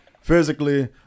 Physically